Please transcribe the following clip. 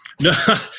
No